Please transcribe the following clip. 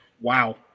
Wow